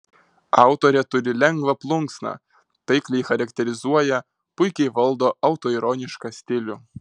autorė turi lengvą plunksną taikliai charakterizuoja puikiai valdo autoironišką stilių